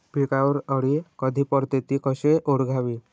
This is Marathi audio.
पिकावर अळी कधी पडते, ति कशी ओळखावी?